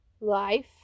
life